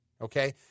okay